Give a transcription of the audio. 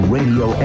Radio